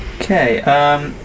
Okay